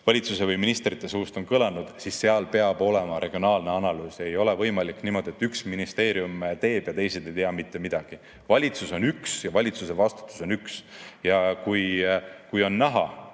valitsuse või ministrite suust on kõlanud, siis seal peab olema regionaalne analüüs. Ei ole võimalik niimoodi, et üks ministeerium teeb ja teised ei tea mitte midagi. Valitsus on üks, valitsuse vastutus on üks. Kui on näha,